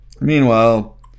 meanwhile